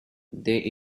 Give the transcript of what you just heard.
they